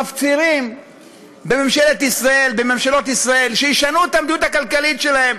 מפצירים בממשלות ישראל שישנו את המדיניות הכלכלית שלהן.